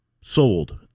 sold